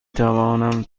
توانم